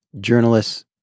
journalists